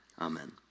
Amen